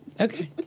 Okay